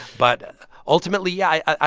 but ultimately, yeah,